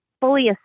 fully